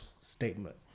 statement